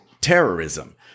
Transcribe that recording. terrorism